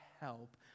help